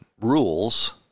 rules